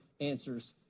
answers